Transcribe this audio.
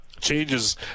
changes